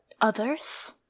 Others